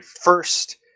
first